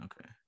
Okay